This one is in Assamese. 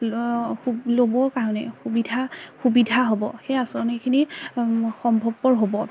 ল'বৰ কাৰণে সুবিধা সুবিধা হ'ব সেই আঁচনিখিনি সম্ভৱপৰ হ'ব